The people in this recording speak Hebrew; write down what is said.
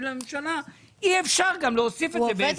לממשלה להוסיף את זה בהסכם קואליציוני.